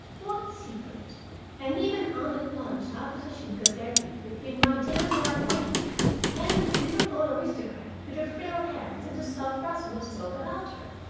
what secret and even unacknowledged opposition could there be between my downright maggie and little old aristocrat with her frail hands and the soft rustle of silk about her?